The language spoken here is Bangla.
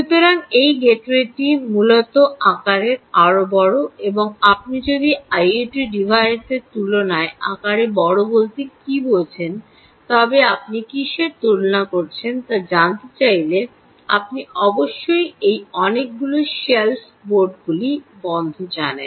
সুতরাং এই গেটওয়েটি মূলত আকারে আরও বড় এবং আপনি যদি আইওটি ডিভাইসের তুলনায় আকারে বড় বলতে কী বোঝেন তবে আপনি কীসের তুলনা করছেন তা জানতে চাইলে আপনি অবশ্যই এই অনেকগুলি শেল্ফ বোর্ডগুলি বন্ধ জানেন